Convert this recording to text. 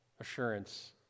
assurance